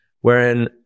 wherein